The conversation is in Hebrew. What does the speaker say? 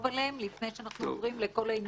עליהם לפני שאנחנו עוברים לכל העניינים.